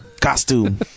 costume